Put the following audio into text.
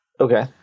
Okay